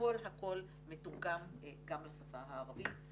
הכול מתורגם גם לשפה הערבית.